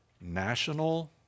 national